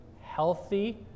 healthy